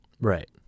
Right